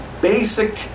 basic